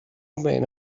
remain